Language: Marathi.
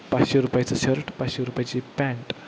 पाचशे रुपयाचं शर्ट पाचशे रुपयाची पॅन्ट